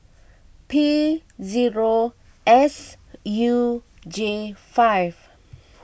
P zero S U J five